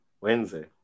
wednesday